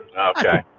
Okay